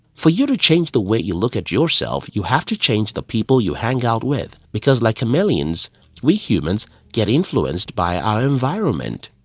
for you to change the way you look at yourself, you have to change the people you hang out with because, like chameleon, we humans get influenced by our environment.